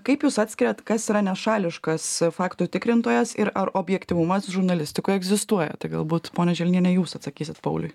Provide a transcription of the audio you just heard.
kaip jūs atskiriat kas yra nešališkas faktų tikrintojas ir ar objektyvumas žurnalistikoj egzistuoja tik galbūt ponia želniene jūs atsakysit pauliui